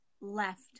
left